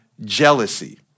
jealousy